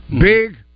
Big